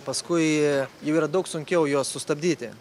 paskui jau yra daug sunkiau juos sustabdyti